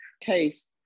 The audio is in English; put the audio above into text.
case